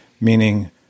meaning